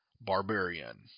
Barbarian